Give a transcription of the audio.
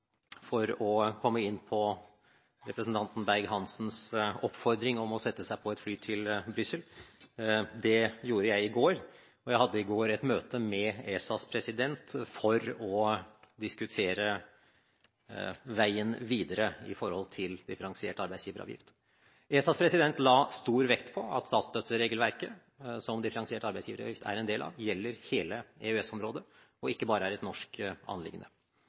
for å komme inn på representanten Berg-Hansens oppfordring om å sette seg på et fly til Brussel: Det gjorde jeg i går. Jeg hadde i går et møte med ESAs president for å diskutere veien videre i forhold til differensiert arbeidsgiveravgift. ESAs president la stor vekt på at statsstøtteregelverket – som differensiert arbeidsgiveravgift er en del av – gjelder i hele EØS-området og er ikke bare et norsk anliggende.